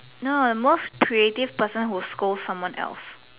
no the most creative person who scold someone else